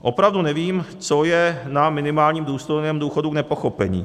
Opravdu nevím, co je na minimálním důstojném důchodu k nepochopení.